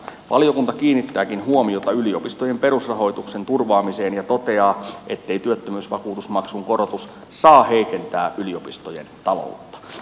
valiokunta kiinnittääkin huomiota yliopistojen perusrahoituksen turvaamiseen ja toteaa ettei työttömyysvakuutusmaksun korotus saa heikentää yliopistojen taloutta